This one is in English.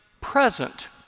present